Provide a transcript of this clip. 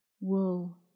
Wool